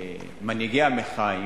מנהיגי המחאה,